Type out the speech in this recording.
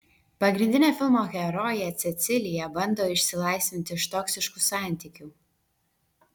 pagrindinė filmo herojė cecilija bando išsilaisvinti iš toksiškų santykių